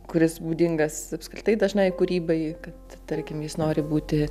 kuris būdingas apskritai dažnai kūrybai kad tarkim jis nori būti